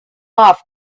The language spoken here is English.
off